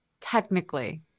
technically